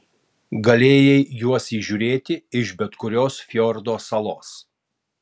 galėjai juos įžiūrėti iš bet kurios fjordo salos